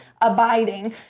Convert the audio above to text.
abiding